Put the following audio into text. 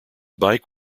bike